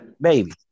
baby